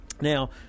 Now